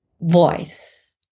voice